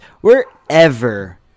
wherever